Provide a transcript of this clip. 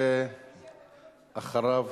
ואחריו,